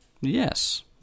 Yes